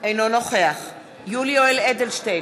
אינו נוכח יולי יואל אדלשטיין,